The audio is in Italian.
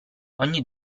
ogni